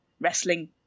wrestling